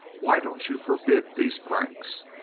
why don't you forbid these pranks?